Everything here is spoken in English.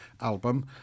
album